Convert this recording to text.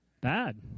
Bad